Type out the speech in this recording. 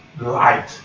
light